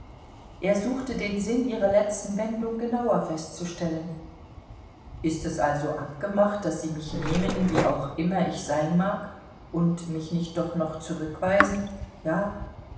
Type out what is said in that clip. er suchte den sinn ihrer letzten wendung genauer festzustellen ist es also abgemacht daß sie mich nehmen wie auch immer ich sein mag und mich nicht doch noch zurückweisen ja